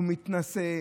הוא מתנשא,